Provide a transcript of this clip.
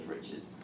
riches